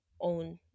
own